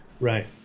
Right